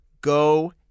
go